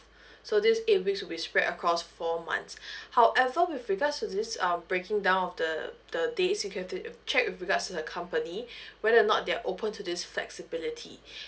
so this eight weeks will be spread across four months however with regards to this um breaking down of the the days you can to uh check with regards to the company whether or not they're open to these flexibility